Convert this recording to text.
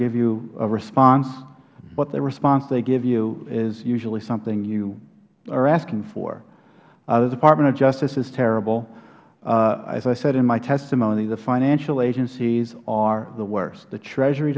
give you a response the response they give you is usually something that you are asking for the department of justice is terrible as i said in my testimony the financial agencies are the worse the treasury